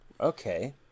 Okay